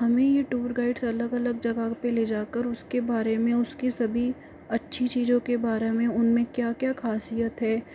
हमें यह tour guides अलग अलग जगह पर ले जाकर उसके बारे में उसकी सभी अच्छी चीज़ों के बारे में उनमे क्या क्या ख़ासियत है